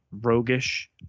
roguish